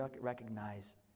recognize